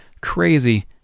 crazy